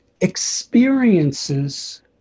Experiences